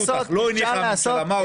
שמענו אותך, לא הניחה הממשלה, מה עושים?